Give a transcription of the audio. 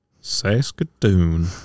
Saskatoon